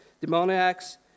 demoniacs